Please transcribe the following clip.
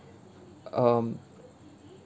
um